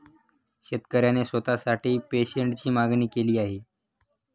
शेतकऱ्याने स्वतःसाठी पेन्शनची मागणी केली आहे